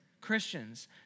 Christians